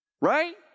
Right